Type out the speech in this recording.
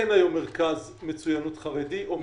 אין היום מרכז מצויינות חרדי או מחוננים.